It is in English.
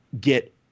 get